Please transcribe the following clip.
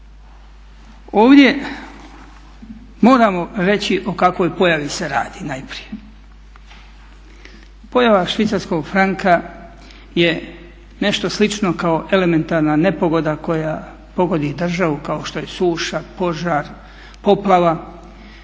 Ovdje moramo reći o kakvoj pojavi se radi najprije. Pojava švicarskog franka je nešto slično kao elementarna nepogoda koja pogodi državu kao što suša, požar, poplava,